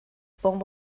bon